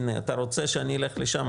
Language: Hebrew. אתה רוצה שאני אלך לשם?